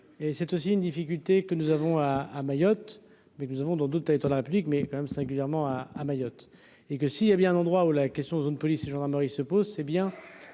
c'est aussi une difficulté que nous avons à à Mayotte, mais nous avons dans doute ta étant la République mais quand même singulièrement à à Mayotte et que si il y a bien un endroit où la question en zone police et gendarmerie se pose, c'est bien